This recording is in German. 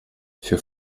für